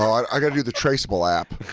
i gotta do the traceable app.